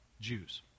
Jews